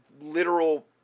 literal